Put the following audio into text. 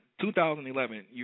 2011